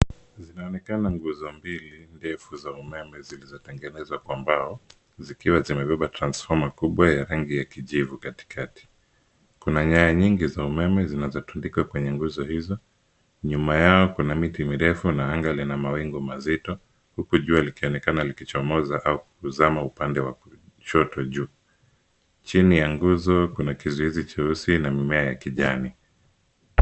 Zinaonekana nguzo mbili ndefu za umeme zilizotengenezwa kwa mbao, zikiwa zimebeba transfoma kubwa ya rangi ya kijivu katikati. Kuna nyaya nyingi za umeme zinazotundikwa kwenye nguzo izo. Nyuma yao kuna miti mirefu na anga lina mawingu mazito, huku jua likionekana likichomoza au kuzama upande wa kushoto juu. Chini ya nguzo kuna kizuizi cheusi na mimea ya kijani.